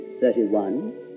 Thirty-one